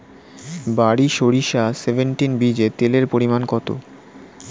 বারি সরিষা সেভেনটিন বীজে তেলের পরিমাণ কত?